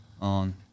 on